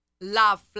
love